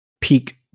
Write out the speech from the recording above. peak